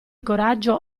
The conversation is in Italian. coraggio